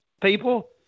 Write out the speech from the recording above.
people